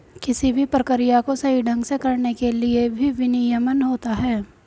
किसी भी प्रक्रिया को सही ढंग से करने के लिए भी विनियमन होता है